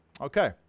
Okay